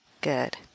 Good